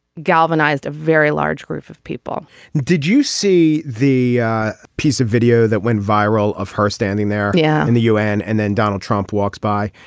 galvanized a very large group of people did you see the piece of video that went viral of her standing there. yeah. and the u n. and then donald trump walks by.